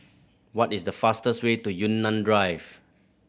what is the fastest way to Yunnan Drive